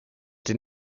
den